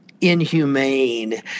inhumane